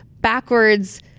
backwards